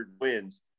wins